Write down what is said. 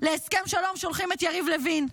להסכם שלום שולחים את יריב לוין,